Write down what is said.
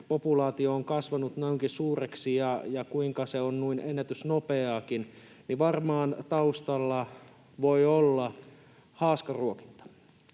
susipopulaatio on kasvanut noinkin suureksi ja kuinka se on noin ennätysnopeaakin, niin varmaan taustalla voi olla haaskaruokinta.